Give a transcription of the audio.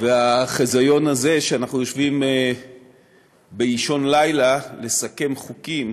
והחיזיון הזה שאנחנו יושבים באישון לילה לסכם חוקים